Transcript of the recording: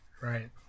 right